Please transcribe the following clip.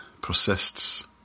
persists